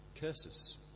curses